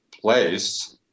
place